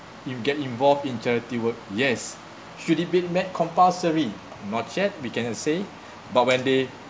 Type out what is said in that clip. if get involved in charity work yes should it be made compulsory not yet we cannot say but when they